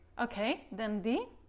okay, then d